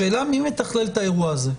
השאלה מי מתכלל את האירוע הזה.